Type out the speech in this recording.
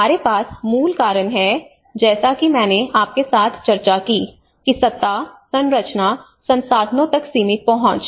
हमारे पास मूल कारण हैं जैसा कि मैंने आपके साथ चर्चा की कि सत्ता संरचना संसाधनों तक सीमित पहुंच